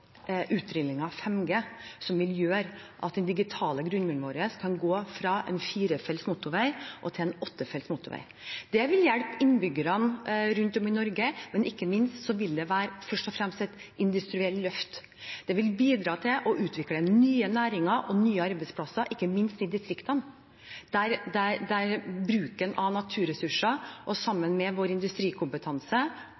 som vil gjøre at den digitale grunnmuren vår kan gå fra en firefelts motorvei til en åttefelts motorvei. Det vil hjelpe innbyggerne rundt om i Norge, men ikke minst vil det først og fremst være et industrielt løft. Det vil bidra til å utvikle nye næringer og nye arbeidsplasser, ikke minst i distriktene, der bruken av naturressurser sammen med vår industrikompetanse og